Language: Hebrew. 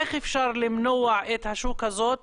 איך אפשר למנוע את השוק הזה,